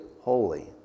holy